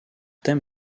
thème